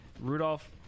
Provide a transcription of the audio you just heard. rudolph